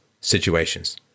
situations